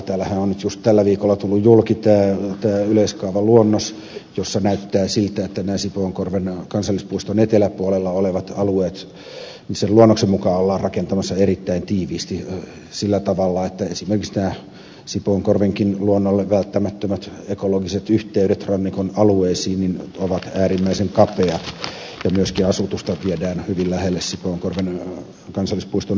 täällähän on nyt juuri tällä viikolla tullut julki yleiskaavaluonnos jossa näyttää siltä että sipoonkorven kansallispuiston eteläpuolella olevat alueet sen luonnoksen mukaan ollaan rakentamassa erittäin tiiviisti sillä tavalla että esimerkiksi sipoonkorvenkin luonnolle välttämättömät ekologiset yhteydet rannikon alueisiin ovat äärimmäisen kapeat ja myöskin asutusta viedään hyvin lähelle sipoonkorven kansallispuiston alueita